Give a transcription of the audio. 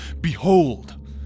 Behold